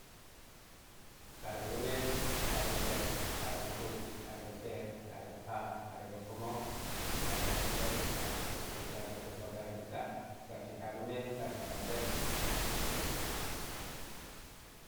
Taar ga̱ ga̱me, taar ga̱vel taar ga̱ kun, taar ga̱ feer taar ga̱paat, taar ga̱ pa̱ma̱ taar ga̱ pa̱vel, taar ga̱ pa̱kun taar ga̱ pa̱faar, taar ga̱ tsar, tsar shika ga̱me tsar, shika vel